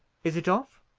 is it off?